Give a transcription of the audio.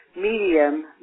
medium